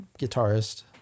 guitarist